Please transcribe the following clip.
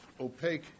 opaque